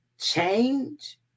change